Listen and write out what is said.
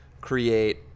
create